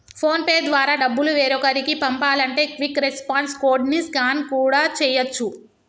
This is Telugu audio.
ఫోన్ పే ద్వారా డబ్బులు వేరొకరికి పంపాలంటే క్విక్ రెస్పాన్స్ కోడ్ ని స్కాన్ కూడా చేయచ్చు